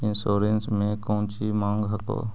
Insurance मे कौची माँग हको?